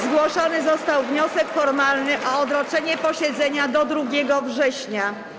Zgłoszony został wniosek formalny o odroczenie posiedzenia do 2 września.